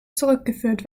zurückgeführt